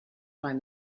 find